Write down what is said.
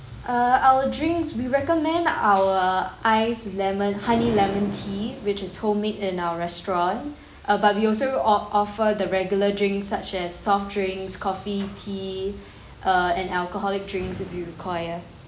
err our drinks we recommend our ice lemon honey lemon tea which is homemade in our restaurant uh but we also o~ offer the regular drinks such as soft drinks coffee tea err and alcoholic drinks if you require